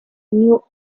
knew